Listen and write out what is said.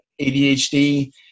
ADHD